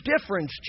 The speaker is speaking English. difference